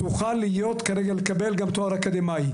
תוכל להיות ולקבל גם תואר אקדמאי.